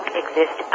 exist